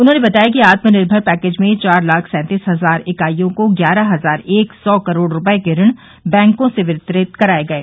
उन्होंने बताया कि आत्मनिर्मर पैकेज में चार लाख सैंतीस हजार इकाइयों को ग्यारह हजार एक सौ करोड़ रूपये के ऋण बैंकों से वितरित कराये गये